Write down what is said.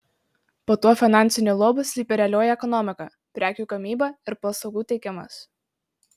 po tuo finansiniu luobu slypi realioji ekonomika prekių gamyba ir paslaugų teikimas